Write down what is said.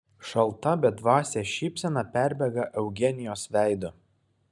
šalta bedvasė šypsena perbėga eugenijos veidu